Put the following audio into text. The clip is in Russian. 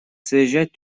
заезжать